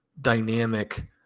dynamic